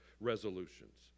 resolutions